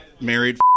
married